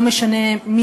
לא משנה,